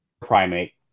primate